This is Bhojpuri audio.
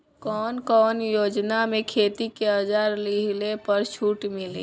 कवन कवन योजना मै खेती के औजार लिहले पर छुट मिली?